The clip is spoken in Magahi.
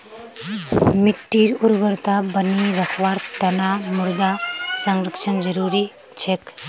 मिट्टीर उर्वरता बनई रखवार तना मृदा संरक्षण जरुरी छेक